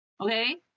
okay